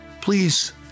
Please